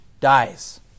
dies